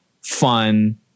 fun